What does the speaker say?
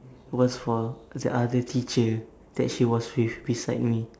was for the other teacher that she was with beside me